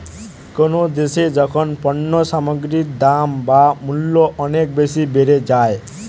কোনো দ্যাশে যখন পণ্য সামগ্রীর দাম বা মূল্য অনেক বেশি বেড়ে যায়